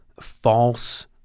false